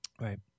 Right